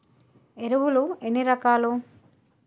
ఎరువులు ఎన్ని రకాలు?